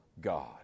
God